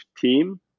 team